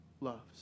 loves